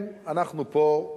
כן, אנחנו פה,